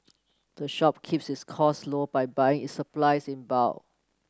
the shop keeps its cost low by buy its supplies in bulk